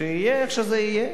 שיהיה איך שזה יהיה.